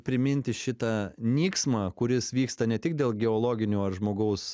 priminti šitą nyksmą kuris vyksta ne tik dėl geologinių ar žmogaus